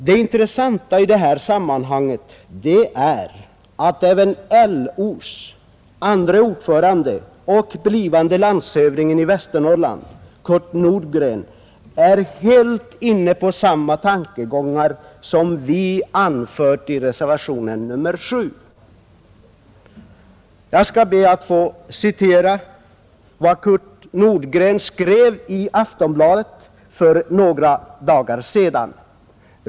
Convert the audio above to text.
Det intressanta i det här sammanhanget är att även LO:s andre ordförande, blivande landshövdingen i Västernorrlands län Kurt Nordgren, är helt inne på samma tankegångar som vi anfört i reservationen nr 7. Jag skall be att få citera vad Kurt Nordgren skrev i Aftonbladet för 64 några dagar sedan.